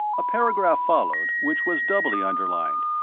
a paragraph followed which was doubly underlined,